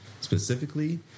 specifically